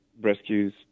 rescues